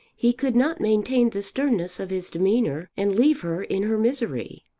he could not maintain the sternness of his demeanour and leave her in her misery.